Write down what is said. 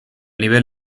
nivel